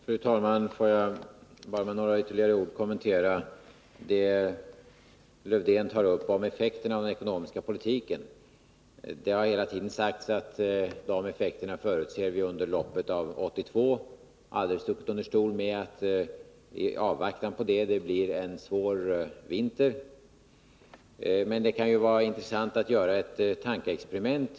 Fru talman! Får jag med ytterligare några få ord kommentera det som Lars-Erik Lövdén sade om effekterna av den ekonomiska politiken. Det har hela tiden sagts att vi förutser dessa effekter under loppet av år 1982. Vi har aldrig stuckit under stol med att det i avvaktan härpå blir en svår vinter. Det kan ju vara intressant att göra ett tankeexperiment.